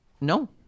No